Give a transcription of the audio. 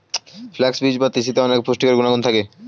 flax বীজ বা তিসিতে অনেক পুষ্টিকর গুণাগুণ থাকে